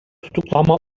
tutuklama